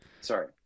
Sorry